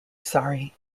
sorry